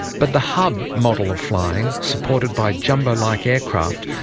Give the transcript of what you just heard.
but the hub model of flying, supported by jumbo-like aircraft,